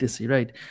right